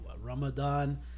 Ramadan